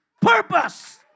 purpose